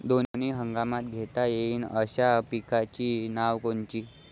दोनी हंगामात घेता येईन अशा पिकाइची नावं कोनची?